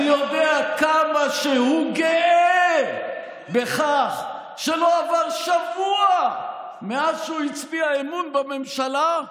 אני יודע כמה שהוא גאה בכך שלא עבר שבוע מאז שהוא הצביע אמון בממשלה,